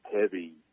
heavy